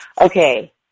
okay